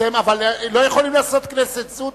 אתם לא יכולים לעשות כנסת זוטא,